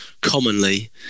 commonly